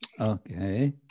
okay